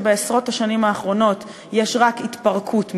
שבעשרות השנים האחרונות יש רק התפרקות ממנו,